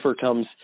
comes